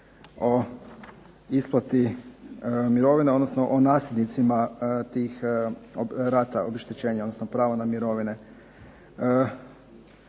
o isplati mirovina, odnosno o nasljednicima tih rata obeštećenja, odnosno prava na mirovine.